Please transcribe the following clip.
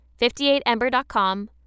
58Ember.com